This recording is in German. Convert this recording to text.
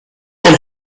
dein